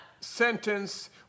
sentence